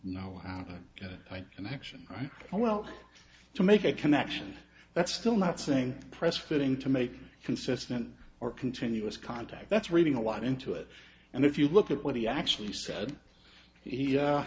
know how to get an action right well to make a connection that's still not saying press fitting to make consistent or continuous contact that's reading a lot into it and if you look at what he actually said he